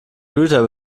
güter